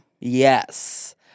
Yes